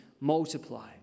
Multiply